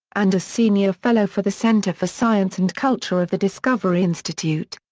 and a senior fellow for the center for science and culture of the discovery institute.